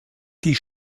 die